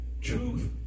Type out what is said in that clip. Truth